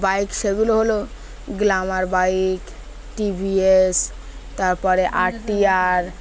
bike সেগুলো হলো glamour bike T V S তারপরে আর টি আর